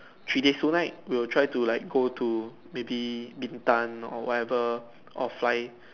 three days two night we'll try to like go to maybe Bintan or whatever or fly